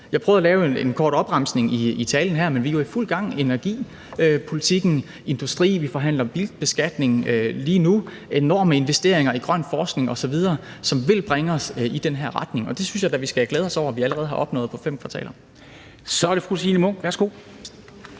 Jeg prøvede at lave en kort opremsning i min tale her, for vi er jo i fuld gang: energipolitik, industri, vi forhandler bilbeskatning lige nu, vi laver enorme investeringer i grøn forskning osv., som vil bringe os i den her retning. Og det synes jeg da at vi skal glæde os over at vi allerede har opnået på 5 kvartaler. Kl. 09:23 Formanden